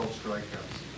strikeouts